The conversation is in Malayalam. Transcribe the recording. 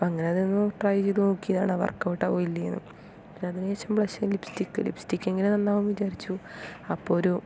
അങ്ങനെ അതൊന്നു ട്രൈ ചെയ്തു നോക്കിയതാണ് അത് വർക്കൗട്ട് ആകുമോ ഇല്ലയോ പിന്നെ അതിനു ശേഷം ബ്ലഷ് ലിപ്സ്റ്റിക്ക് ലിപ്സ്റ്റിക്ക് എങ്കിലും നന്നാവുമെന്ന് വിചാരിച്ചു അപ്പം ഒരു